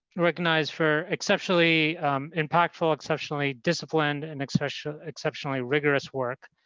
recognized for exceptionally impactful, exceptionally disciplined and exceptionally exceptionally rigorous work